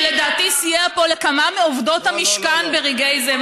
שלדעתי סייע פה לכמה מעובדות המשכן ברגע זה.